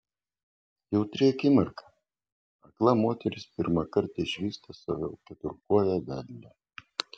jautri akimirka akla moteris pirmąkart išvysta savo keturkoję vedlę